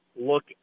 look